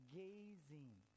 gazing